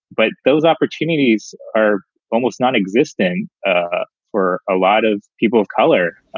but those opportunities are almost nonexistent ah for a lot of people of color.